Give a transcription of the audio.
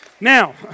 Now